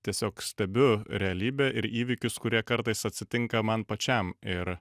tiesiog stebiu realybę ir įvykius kurie kartais atsitinka man pačiam ir